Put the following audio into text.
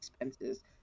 expenses